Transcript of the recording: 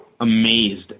amazed